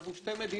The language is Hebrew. אנחנו שתי מדינות?